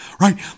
right